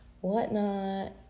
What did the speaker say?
whatnot